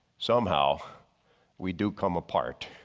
somehow we do come apart.